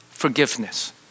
Forgiveness